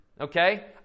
Okay